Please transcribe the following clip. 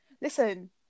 Listen